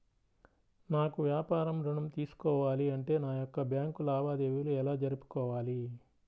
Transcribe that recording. నాకు వ్యాపారం ఋణం తీసుకోవాలి అంటే నా యొక్క బ్యాంకు లావాదేవీలు ఎలా జరుపుకోవాలి?